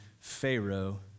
Pharaoh